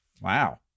Wow